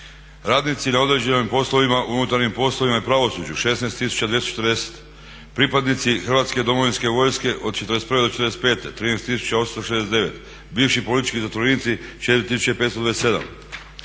Radnici na određenim poslovima u unutarnjim poslovima i pravosuđu 16240. Pripadnici hrvatske domovinske vojske od '41. do '45. 13869. Bivši politički zatvorenici 4527.